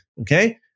okay